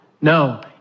No